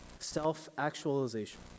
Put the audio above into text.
Self-actualization